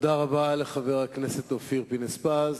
תודה רבה לחבר הכנסת אופיר פינס-פז.